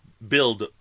Build